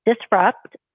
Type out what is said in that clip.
disrupt